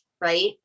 right